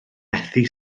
methu